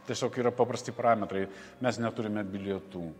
tiesiog yra paprasti parametrai mes neturime bilietų